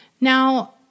Now